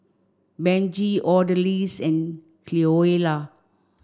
Benji Odalys and Cleola